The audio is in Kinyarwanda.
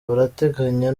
barateganya